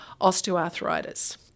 osteoarthritis